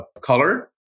color